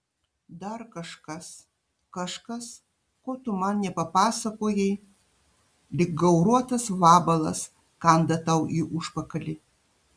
dar kažkas kažkas ko tu man nepapasakojai lyg gauruotas vabalas kanda tau į užpakalį